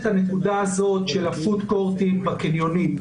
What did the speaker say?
הנקודה הזאת של ה-פוד קורט בקניונים.